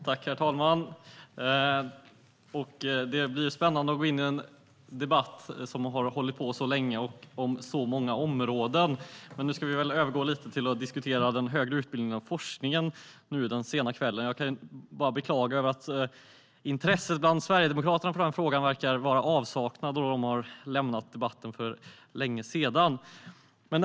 Herr talman! Det blir spännande att gå in i en debatt som har hållit på länge och som har handlat om många områden. Men i denna sena kväll ska vi övergå till att diskutera den högre utbildningen och forskningen. Jag kan bara beklaga att intresset bland Sverigedemokraterna för den frågan verkar saknas - de har lämnat debatten för länge sedan.